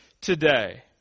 today